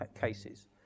cases